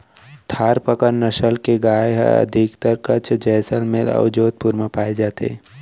थारपकर नसल के गाय ह अधिकतर कच्छ, जैसलमेर अउ जोधपुर म पाए जाथे